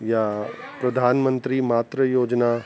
या प्रधानमंत्री मात्र योजना